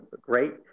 great